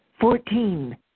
Fourteen